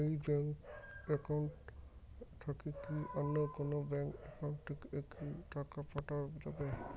এই bank account থাকি কি অন্য কোনো ব্যাংক একাউন্ট এ কি টাকা পাঠা যাবে?